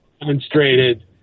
demonstrated